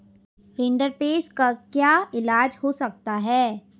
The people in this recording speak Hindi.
रिंडरपेस्ट का क्या इलाज हो सकता है